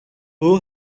who